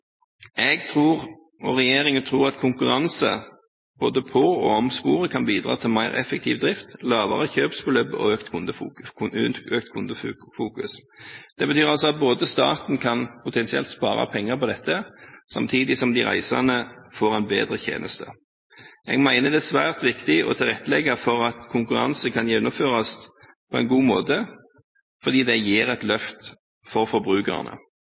Jeg tror og regjeringen tror at konkurranse både på og om sporet kan bidra til mer effektiv drift, lavere kjøpsbeløp og økt kundefokus. Det betyr altså at staten potensielt kan spare penger på dette, samtidig som de reisende får en bedre tjeneste. Jeg mener det er svært viktig å tilrettelegge for at konkurranse kan gjennomføres på en god måte, fordi det gir et løft for forbrukerne.